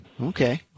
Okay